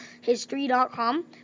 history.com